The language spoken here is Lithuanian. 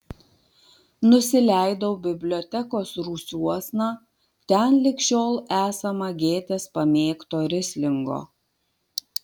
nusileidau bibliotekos rūsiuosna ten lig šiol esama gėtės pamėgto rislingo